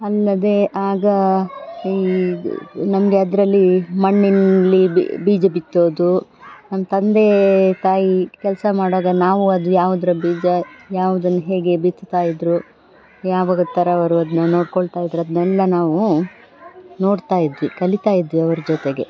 ಅಲ್ಲದೇ ಆಗ ಈ ನಮಗೆ ಅದರಲ್ಲಿ ಮಣ್ಣಿನಲ್ಲಿ ಬೀಜ ಬಿತ್ತೋದು ನಮ್ಮ ತಂದೆ ತಾಯಿ ಕೆಲಸ ಮಾಡ್ವಾಗ ನಾವು ಅದು ಯಾವುದ್ರ ಬೀಜ ಯಾವ್ದನ್ನು ಹೇಗೆ ಬಿತ್ತುತ್ತಾ ಇದ್ದರು ಯಾವಾಗ ಥರ ಅವರು ಅದನ್ನ ನೋಡಿಕೊಳ್ತ ಇದ್ದರು ಅದನ್ನೆಲ್ಲ ನಾವು ನೋಡ್ತಾ ಇದ್ವಿ ಕಲಿತಾ ಇದ್ವಿ ಅವ್ರ ಜೊತೆಗೆ